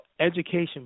education